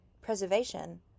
Preservation